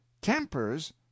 tempers